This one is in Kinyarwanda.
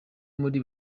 muri